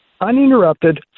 uninterrupted